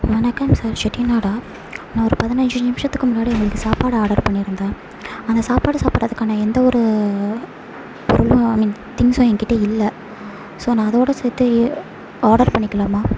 வணக்கம் சார் செட்டிநாடா நான் ஒரு பதினஞ்சு நிமிஷத்துக்கு முன்னாடி உங்களுக்கு சாப்பாடு ஆடர் பண்ணியிருந்தேன் அந்த சாப்பாடை சாப்பிட்றதுக்கான எந்த ஒரு பொருளும் ஐ மீன் திக்ஸும் என்கிட்ட இல்ல ஸோ நான் அதோடு சேர்த்து ஆடர் பண்ணிக்கலாமா